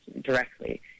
directly